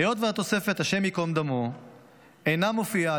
היות שהתוספת השם ייקום דמו אינה מופיעה,